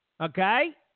Okay